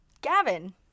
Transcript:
Gavin